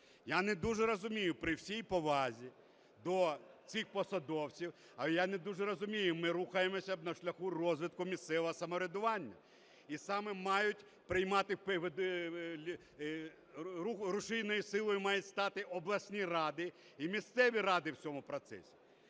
Я не дуже розумію, при всій повазі до цих посадовців, а я не дуже розумію, ми рухаємося на шляху розвитку місцевого самоврядування і саме мають приймати… рушійною силою мають стати обласні ради і місцеві ради в цьому процесі.